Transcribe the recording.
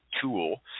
tool